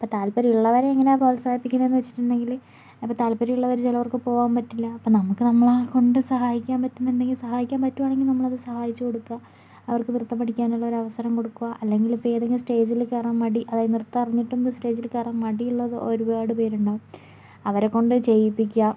അപ്പോൾ താല്പര്യമുളളവരെ എങ്ങനെയാണ് പ്രോത്സാഹിപ്പിക്കുന്നതെന്ന് വെച്ചിട്ടുണ്ടെങ്കിൽ അപ്പോൾ താല്പര്യം ഉള്ളവർ ചിലവർക്ക് പോവാൻ പറ്റില്ല അപ്പോൾ നമുക്ക് നമ്മളെക്കൊണ്ട് സഹായിക്കാൻ പറ്റുന്നുണ്ടെങ്കിൽ സഹായിക്കാൻ പറ്റുകയാണെങ്കിൽ നമ്മളത് സഹായിച്ച് കൊടുക്കുക അവർക്ക് നൃത്തം പഠിക്കാനുള്ള ഒരു അവസരം കൊടുക്കുക അല്ലെങ്കിൽ ഇപ്പോൾ ഏതെങ്കിലും സ്റ്റേജിൽ കയറാൻ മടി അതായത് നൃത്തം അറിഞ്ഞിട്ടും സ്റ്റേജിൽ കയറാൻ മടി ഉള്ള ഒരുപാട് പേരുണ്ടാവും അവരെക്കൊണ്ട് ചെയ്യിപ്പിക്കുക